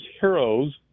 heroes